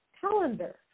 calendar